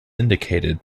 indicated